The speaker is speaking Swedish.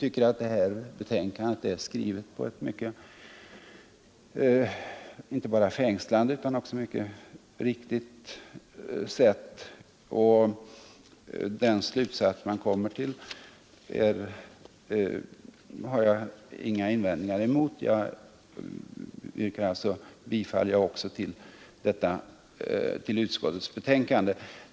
Detta betänkande är skrivet på ett inte bara fängslande utan också riktigt sätt. Den slutsats utskottet kommit till har jag inga invändningar mot. Även jag yrkar alltså bifall till utskottets hemställan.